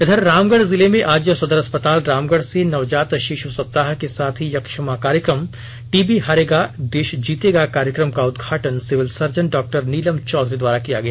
इधर रामगढ़ जिले में आज सदर अस्पताल रामगढ़ से नवजात शिशु सप्ताह के साथ ही यक्ष्मा कार्यक्रम टीबी हारेगा देश जीतेगा कार्यक्रम का उद्घाटन civil surgeon doctor Neelam Chaudhary द्वारा किया गया